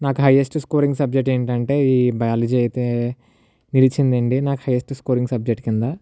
నాకు highest scoring subject ఏంటంటే ఈ బయాలజీ అయితే నిలిచిందండి నాకు హైయస్ట్ స్కోరింగ్ సబ్జెక్ట్ కింద